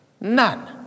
None